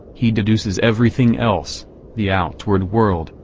he deduces everything else the outward world,